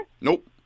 Nope